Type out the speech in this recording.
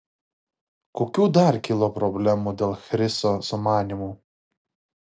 kokių dar kilo problemų dėl chriso sumanymų